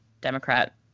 Democrat